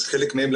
חלק מהם,